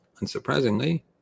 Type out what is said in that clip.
Unsurprisingly